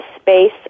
space